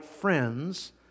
friends